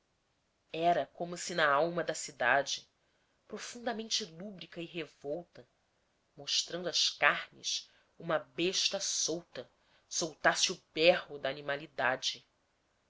era como se na alma da cidade profundamente lúbrica e revolta mostrando as carnes uma besta solta soltasse o berro da